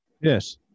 Yes